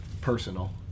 Personal